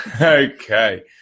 Okay